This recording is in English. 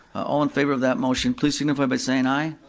all in favor of that motion, please signify by saying aye.